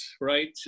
right